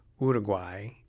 Uruguay